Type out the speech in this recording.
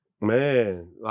Man